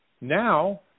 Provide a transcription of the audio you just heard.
Now